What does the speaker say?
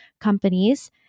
companies